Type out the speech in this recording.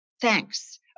Thanks